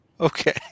Okay